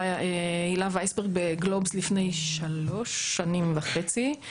הילה וייסברג בגלובס לפני שלוש שנים וחצי,